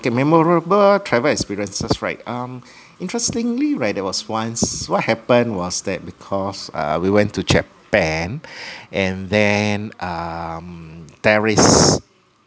okay memorable travel experience right um interestingly right there was once what happened was that because uh we went to japan and then um there is